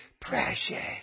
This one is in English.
precious